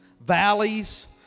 valleys